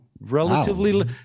relatively